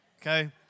okay